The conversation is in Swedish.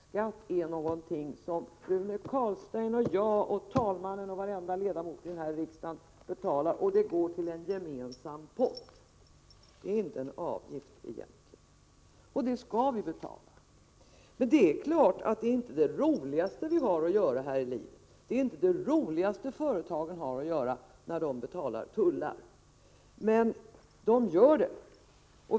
Skatt är någonting som Rune Carlstein, jag, talmannen och varenda ledamot i den här riksdagen betalar, och den går till en gemensam pott. Det är egentligen inte en avgift. Vi skall betala skatt. Men det är klart att det inte är det roligaste vi har att göra här i livet. Det är inte det roligaste företagen har att göra när de betalar tullar. Men de gör det.